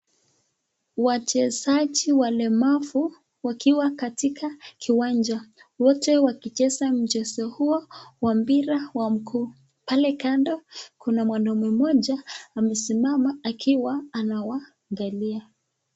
Wachezaji walemavu wakiwa katika kiwanja. Wote wakicheza mchezo huo wa mpira wa mguu .Pale kando kuna mwanaume mmoja amesimama akiwa anawaangalia.